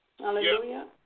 Hallelujah